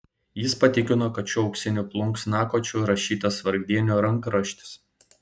jis patikino kad šiuo auksiniu plunksnakočiu rašytas vargdienių rankraštis